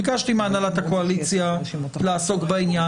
ביקשתי מהנהלת הקואליציה לעסוק בעניין,